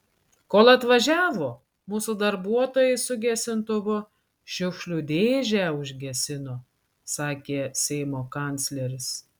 kol atvažiavo mūsų darbuotojai su gesintuvu šiukšlių dėžę užgesino sakė seimo kancleris